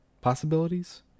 Possibilities